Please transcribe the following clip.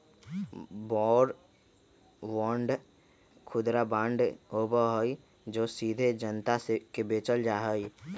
war bond खुदरा bond होबा हई जो सीधे जनता के बेचल जा हई